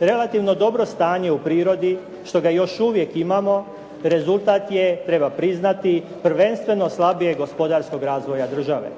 Relativno dobro stanje u prirodi što ga još uvijek imamo rezultat je, treba priznati prvenstveno slabijeg gospodarskog razvoja države.